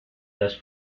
las